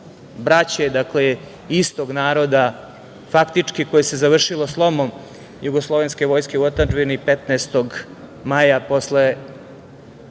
braće, dakle, istog naroda, faktički koje se završilo slomom jugoslovenske vojske u otadžbini 15. maja posle